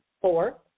Four